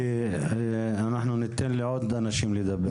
כי אנחנו ניתן לעוד אנשים לדבר.